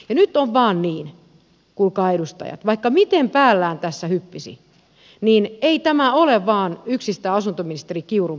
nyt on vain niin kuulkaa edustajat että vaikka miten päällään tässä hyppisi niin ei tämä ole vain yksistään asuntoministeri kiurun projekti